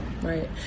Right